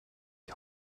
die